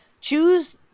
choose